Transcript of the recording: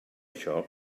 això